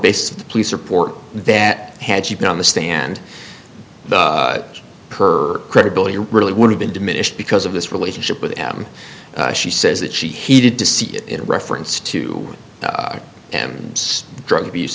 basis of the police report that had she been on the stand her credibility really would have been diminished because of this relationship with adam she says that she hated to see it in reference to and drug abuse